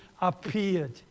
appeared